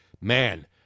man